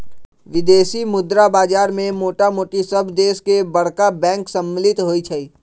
विदेशी मुद्रा बाजार में मोटामोटी सभ देश के बरका बैंक सम्मिल होइ छइ